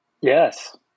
Yes